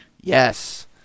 Yes